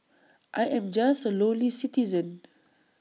I am just A lowly citizen